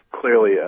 clearly